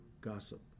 gossip